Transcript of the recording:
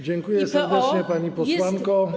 Dziękuję serdecznie, pani posłanko.